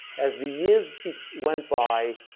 as the years went by,